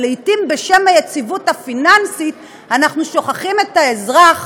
אבל לעתים בשם היציבות הפיננסית אנחנו שוכחים את האזרח,